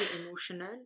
emotional